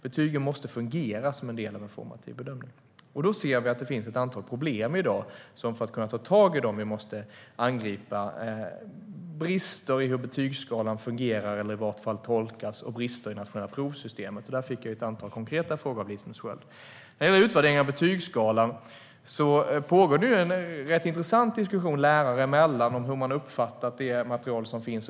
Betygen måste fungera som en del av en formativ bedömning. Då ser vi att det i dag finns ett antal problem där vi, för att kunna ta tag i dem, måste angripa brister i hur betygsskalan fungerar eller i vart fall tolkas och brister i det nationella provsystemet. Där fick jag ett antal konkreta frågor av Linus Sköld. När det gäller utvärdering av betygsskalan pågår det en rätt intressant diskussion lärare emellan om hur man har uppfattat det material som finns.